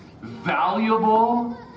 valuable